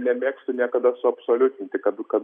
nemėgstu niekada suabsoliutinti kad kad